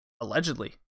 Allegedly